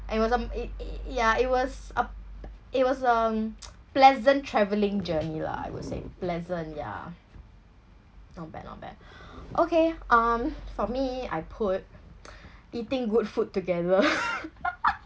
it wasn't it it ya it was a it was um pleasant traveling journey lah I would say pleasant ya not bad not bad okay um for me I put eating good food together